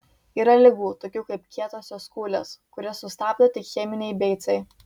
yra ligų tokių kaip kietosios kūlės kurias sustabdo tik cheminiai beicai